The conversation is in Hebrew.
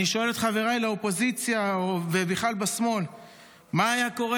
אני שואל את חבריי לאופוזיציה ובכלל בשמאל מה היה קורה